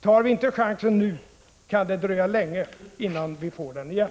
Tar vi inte chansen nu, kan det dröja länge innan vi får den igen.